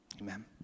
amen